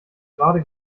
gerade